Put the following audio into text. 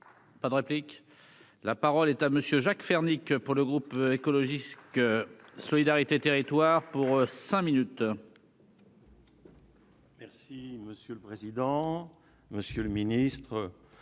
pas de réplique, la parole est à monsieur Jacques Fernique, pour le groupe écologiste que Solidarité territoire pour cinq minutes. Merci monsieur le président, monsieur le ministre,